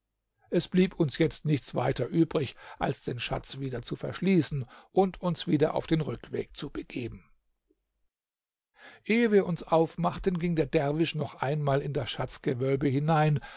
es blieb uns jetzt nichts weiter übrig als den schatz wieder zu verschließen und uns wieder auf den rückweg zu begeben ehe wir uns aufmachten ging der derwisch noch einmal in das schatzgewölbe hinein